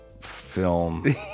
film